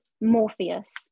Morpheus